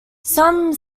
some